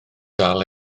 dal